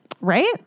right